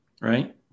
Right